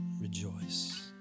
rejoice